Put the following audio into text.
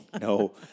No